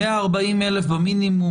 140,000 במינימום.